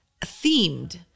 themed